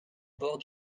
bord